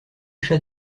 chats